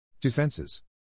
Defenses